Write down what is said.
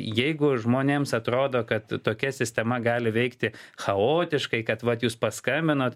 jeigu žmonėms atrodo kad tokia sistema gali veikti chaotiškai kad vat jūs paskambinot